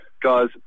guys